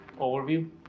overview